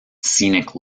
scenic